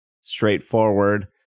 straightforward